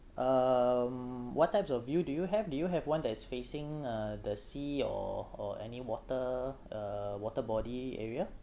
um what types of view do you have do you have one that is facing uh the sea or or any water uh water body area